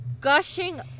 gushing